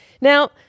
Now